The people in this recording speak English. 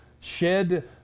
shed